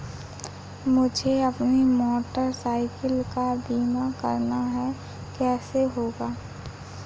मुझे अपनी motor cycle का बीमा करना है कैसे होगा?